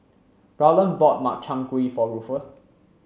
Rowland bought Makchang Gui for Rufus